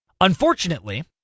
Unfortunately